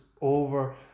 over